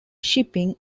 shipping